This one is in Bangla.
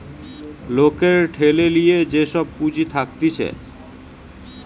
লোকের ঠেলে লিয়ে যে সব পুঁজি থাকতিছে